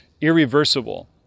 irreversible